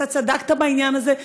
צדקת בעניין הזה,